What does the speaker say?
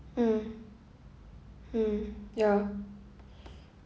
mm mm ya